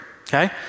okay